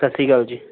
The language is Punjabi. ਸਤਿ ਸ਼੍ਰੀ ਅਕਾਲ ਜੀ